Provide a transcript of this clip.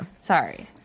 Sorry